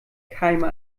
keime